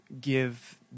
give